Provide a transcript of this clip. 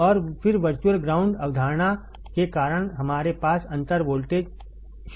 और फिर virtual ground अवधारणा के कारण हमारे पास अंतर वोल्टेज शून्य है